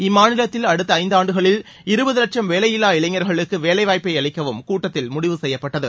இம்மாநிலத்தில் அடுத்த ஐந்தாண்டுகளில் இருபது லட்சம் வேலையில்லா இளைஞர்களுக்கு வேலைவாய்ப்பை அளிக்கவும் கூட்டத்தில் முடிவு செய்யப்பட்டது